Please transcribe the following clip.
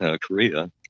Korea